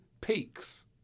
Peaks